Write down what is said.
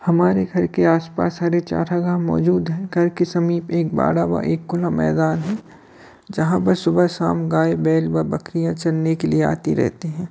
हमारे घर के आस पास हरे चारागाह मौजूद हैं घर के समीप एक बाड़ा वा एक खुला मैदान है जहाँ बस सुबह शाम गाय बैल व बकरियाँ चरने के लिए आती रहते हैं